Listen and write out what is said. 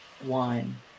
one